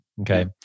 Okay